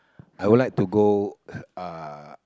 I would like to go uh